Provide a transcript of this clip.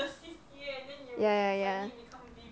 ya ya ya